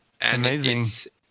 Amazing